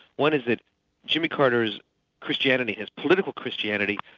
one is that jimmy carter's christianity, his political christianity,